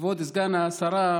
כבוד סגן השרה,